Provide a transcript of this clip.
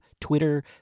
Twitter